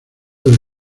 del